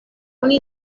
oni